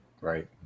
Right